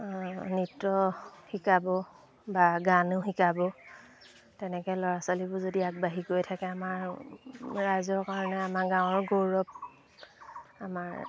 নৃত্য শিকাব বা গানো শিকাব তেনেকৈ ল'ৰা ছোৱালীবোৰ যদি আগবাঢ়ি গৈ থাকে আমাৰ ৰাইজৰ কাৰণে আমাৰ গাঁৱৰ গৌৰৱ আমাৰ